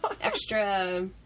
extra